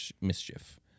mischief